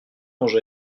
manger